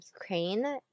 Ukraine